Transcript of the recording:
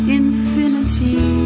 infinity